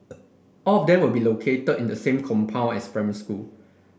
all of them will be located in the same compound as primary school